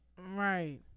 Right